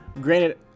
granted